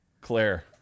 Claire